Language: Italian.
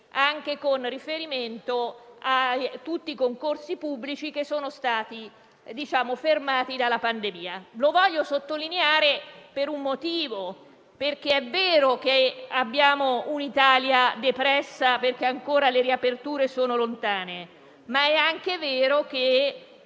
anche con riferimento a tutti i concorsi pubblici che sono stati fermati dalla pandemia. Voglio sottolinearlo per un motivo: è vero che abbiamo un'Italia depressa perché le riaperture sono ancora lontane, ma è anche vero che